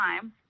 time